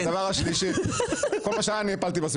כל מה שהיה בסביבה אני הפלתי.